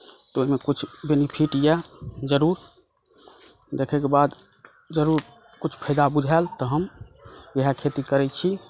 तऽ ओहिमे कुछ बेनिफिट यऽ जरूर देखैके बाद जरुर कुछ फायदा बुझायल तऽ हम वएह खेती करै छी